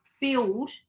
build